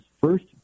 first